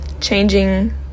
changing